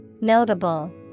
Notable